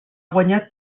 guanyat